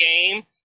game